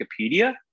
Wikipedia